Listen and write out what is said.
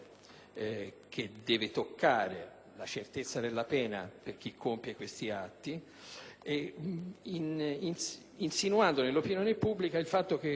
che deve riguardare la certezza della pena per chi compie questi atti, insinuando nell'opinione pubblica il fatto che